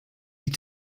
die